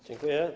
Dziękuję.